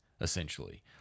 essentially